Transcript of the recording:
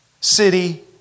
city